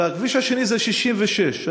והכביש האחר הוא 66,